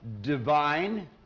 divine